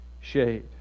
shade